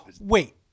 wait